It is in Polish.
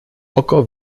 oko